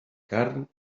carn